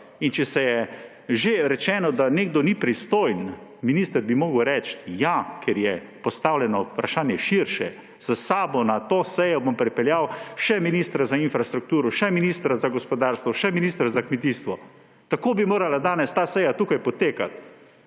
In če je že rečeno, da nekdo ni pristojen, minister bi moral reči, da, ker je postavljeno vprašanje širše, bom s sabo na to sejo pripeljal še ministra za infrastrukturo, še ministra za gospodarstvo, še ministra za kmetijstvo … Tako bi morala danes ta seja tu potekati,